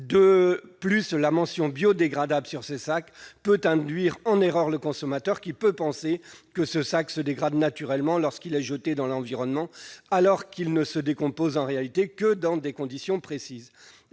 En outre, la mention « biodégradable » sur ces sacs peut induire en erreur le consommateur, qui peut penser que ce sac se dégrade naturellement lorsqu'il est jeté dans l'environnement, alors qu'il ne se décompose en réalité que dans des conditions précises.